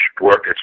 work